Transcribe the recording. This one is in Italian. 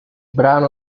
brano